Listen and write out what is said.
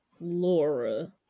Laura